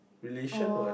relation what